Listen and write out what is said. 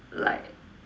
like